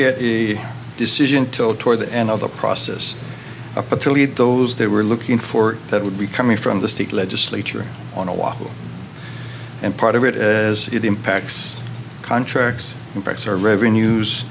get a decision till toward the end of the process a to lead those that were looking for that would be coming from the state legislature on a waffle and part of it as it impacts contracts impacts our revenues